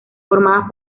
formadas